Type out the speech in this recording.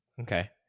Okay